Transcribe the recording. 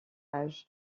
âge